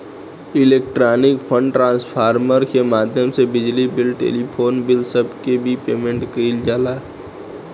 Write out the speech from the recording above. electronic fund transfer के माध्यम से बिजली बिल टेलीफोन बिल सब के भी पेमेंट कईल जाला